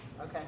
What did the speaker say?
Okay